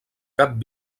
cap